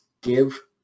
give